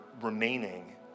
remaining